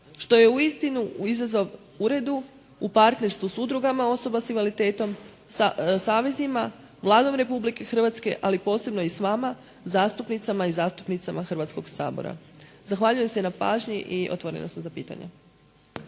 što je uistinu izazov uredu u partnerstvu s udrugama osoba s invaliditetom, savezima, Vladom Republike Hrvatske ali posebno i s vama zastupnicama i zastupnicima Hrvatskoga sabora. Zahvaljujem se na pažnji. Otvorena sam za pitanja.